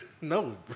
No